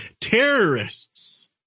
Terrorists